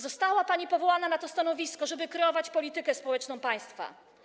Została pani powołana na to stanowisko, żeby kreować politykę społeczną państwa.